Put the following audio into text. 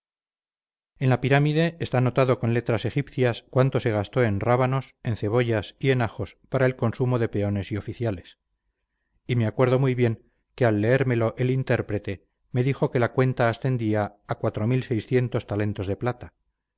en la pirámide está notado con letras egipcias cuánto se gastó en rábanos en cebollas y en ajos para el consumo de peones y oficiales y me acuerdo muy bien que al leérmelo el intérprete me dijo que la cuenta ascendía a talentos de plata